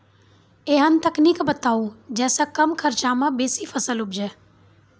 ऐहन तकनीक बताऊ जै सऽ कम खर्च मे बेसी फसल उपजे?